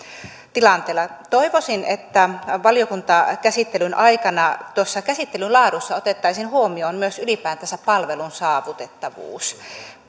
tilanteella toivoisin että valiokuntakäsittelyn aikana tuossa käsittelyn laadussa otettaisiin huomioon myös ylipäätänsä palvelun saavutettavuus se